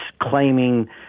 claiming